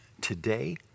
today